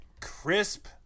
Crisp